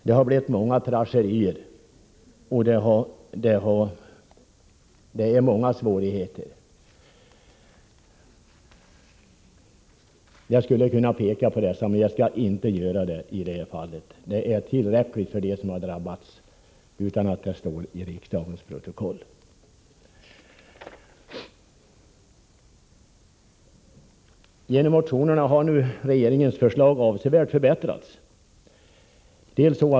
Det har förorsakat många tragedier och medfört många svårigheter. Jag skulle kunna skildra dem, men jag skall inte göra det — det är tillräckligt med det som har varit för dem som har drabbats utan att det återges i riksdagens protokoll. Genom motionerna har regeringens förslag avsevärt förbättrats.